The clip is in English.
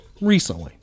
recently